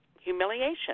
humiliation